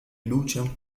luchan